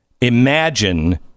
Imagine